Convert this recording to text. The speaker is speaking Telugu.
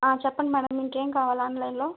చెప్పండి మేడం మీకు ఏమి కావాలి ఆన్లైన్లో